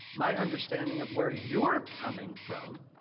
my understanding of where you're coming from